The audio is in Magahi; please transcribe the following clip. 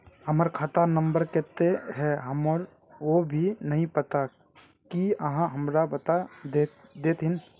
हमर खाता नम्बर केते है हमरा वो भी नहीं पता की आहाँ हमरा बता देतहिन?